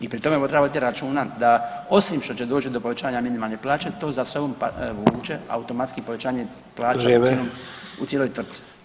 I pri tome trebamo voditi računa da osim što će doći do povećanja minimalne plaće to za sobom vuče automatski [[Upadica: Vrijeme.]] povećanje u cijeloj tvrtci.